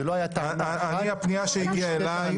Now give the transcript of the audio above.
זו לא הייתה טענה אחת, היו שתי טענות.